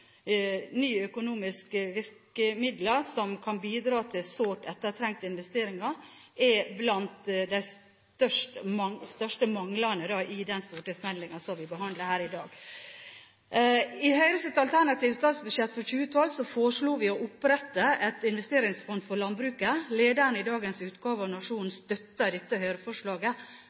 nye økonomiske virkemidler som kan bidra til sårt ettertrengte investeringer, er blant de største manglene i den stortingsmeldingen som vi behandler her i dag. I Høyres alternative statsbudsjett for 2012 foreslo vi å opprette et investeringsfond for landbruket. Lederen i dagens utgave av Nationen støtter dette Høyre-forslaget. Vil Senterpartiet komme bøndene i møte ved å støtte Høyre